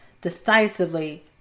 decisively